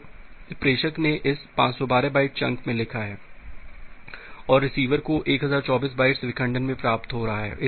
तो प्रेषक ने इसे 512 बाइट चंक में लिखा है और रिसीवर को 1024 बाइट्स विखंडन में प्राप्त हो रहा है